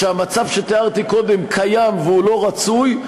שהמצב שתיארתי קודם קיים והוא לא רצוי,